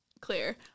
clear